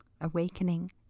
awakening